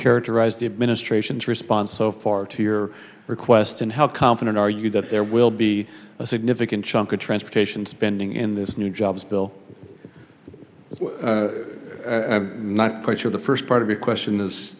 characterize the administration's response so far to your request and how confident are you that there will be a significant chunk of transportation spending in this new jobs bill if not quite sure the first part of the question is